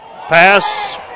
Pass